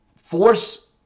force